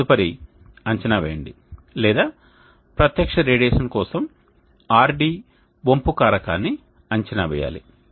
తదుపరి అంచనా వేయండి లేదా ప్రత్యక్ష రేడియేషన్ కోసం RD వంపు కారకాన్ని అంచనా వేయాలి